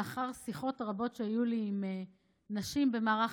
לאחר שיחות רבות שהיו לי עם נשים במערך